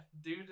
dude